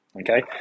okay